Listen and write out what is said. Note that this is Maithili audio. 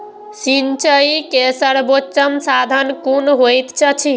सिंचाई के सर्वोत्तम साधन कुन होएत अछि?